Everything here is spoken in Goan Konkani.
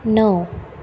णव